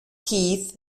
teeth